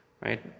Right